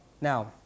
Now